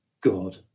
God